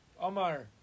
Omar